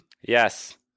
Yes